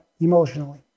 emotionally